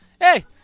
hey